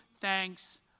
thanks